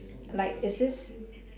like it's this